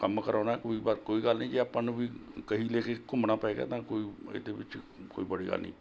ਕੰਮ ਕਰਵਾਉਣਾ ਕੋਈ ਕੋਈ ਗੱਲ ਨਹੀਂ ਜੇ ਆਪਾਂ ਨੂੰ ਵੀ ਕਹੀ ਲੈ ਕੇ ਘੁੰਮਣਾ ਪਵੇਗਾ ਤਾਂ ਕੋਈ ਇਹਦੇ ਵਿੱਚ ਕੋਈ ਬੜੀ ਗੱਲ ਨਹੀਂ